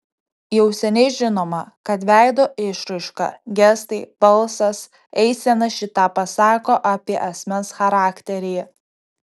jau seniai žinoma kad veido išraiška gestai balsas eisena šį tą pasako apie asmens charakterį